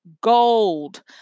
gold